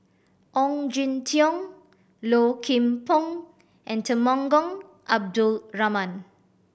Ong Jin Teong Low Kim Pong and Temenggong Abdul Rahman